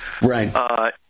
Right